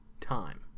time